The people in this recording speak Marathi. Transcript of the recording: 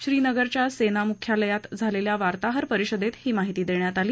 श्रीनगरच्या सेना मुख्यालयात झालेल्या वार्ताहर परिषदेत ही माहिती देण्यात आली